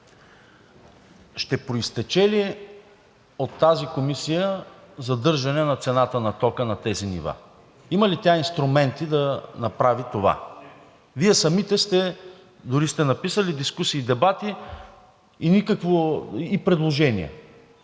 ще произтече ли от тази комисия задържане на цената на тока на тези нива? Има ли тя инструменти да направи това? Вие самите дори сте написали дискусии, дебати и предложения